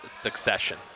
succession